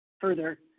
Further